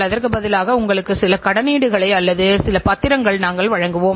அதன்பிறகு நாம் அதைப் பற்றி பேசுகிறோம்